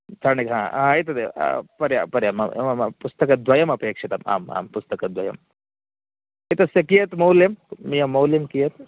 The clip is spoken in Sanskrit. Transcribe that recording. चाणक्यः हाा एतदेव पर्याप्तं पर्याप्तं पुस्तकद्वयमपेक्षितम् आम् आम् पुस्तकद्वयम् एतस्य कियत् मौल्यं मह्यं मौल्यं कियत्